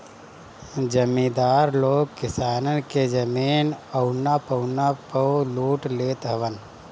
जमीदार लोग किसानन के जमीन औना पौना पअ लूट लेत हवन